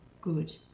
good